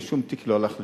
ושום תיק לא הלך לאיבוד.